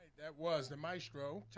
was the march grow